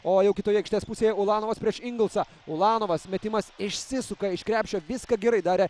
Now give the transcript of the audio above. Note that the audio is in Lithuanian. o jau kitoje aikštės pusėje ulanovas prieš ingelsą ulanovas metimas išsisuka iš krepšio viską gerai darė